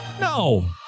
No